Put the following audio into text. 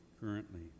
currently